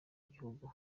igihugu